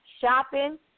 shopping